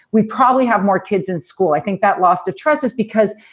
we probably have more kids in school. i think that loss of trust is because,